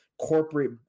corporate